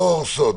לא הורסות.